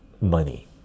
money